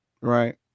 Right